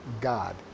God